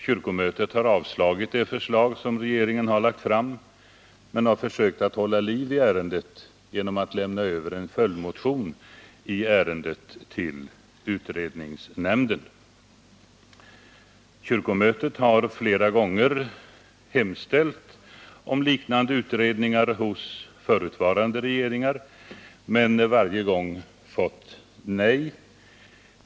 Kyrkomötet har avslagit det förslag som regeringen har lagt fram, men har försökt hålla liv i ärendet genom att lämna över en följdmotion i ärendet till utredningsnämnden. Kyrkomötet har flera gånger hemställt om liknande utredningar hos förutvarande regeringar, men varje gång fått nej.